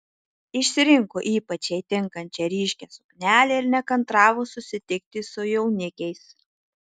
išsirinko ypač jai tinkančią ryškią suknelę ir nekantravo susitikti su jaunikiais